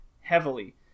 heavily